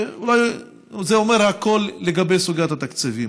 ואולי זה אומר הכול לגבי סוגיית התקציבים.